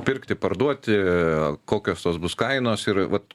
pirkti parduoti kokios tos bus kainos ir vat